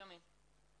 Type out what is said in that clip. שומעים.